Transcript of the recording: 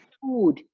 food